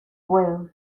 puedo